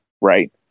Right